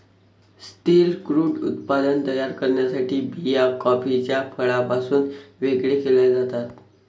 स्थिर क्रूड उत्पादन तयार करण्यासाठी बिया कॉफीच्या फळापासून वेगळे केल्या जातात